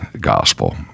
gospel